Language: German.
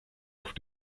auf